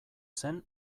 zen